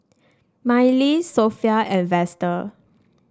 Mylee Sophia and Vester